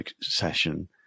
session